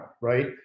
right